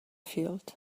field